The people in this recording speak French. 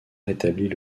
rétablit